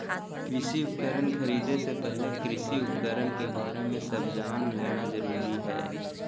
कृषि उपकरण खरीदे से पहले कृषि उपकरण के बारे में सब जान लेना जरूरी हई